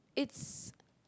it's